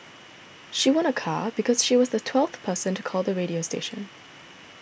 she won a car because she was the twelfth person to call the radio station